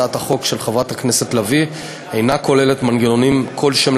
הצעת החוק של חברת הכנסת לביא אינה כוללת מנגנונים כלשהם